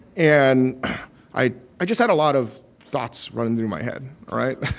and i just had a lot of thoughts running through my head, right?